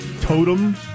totem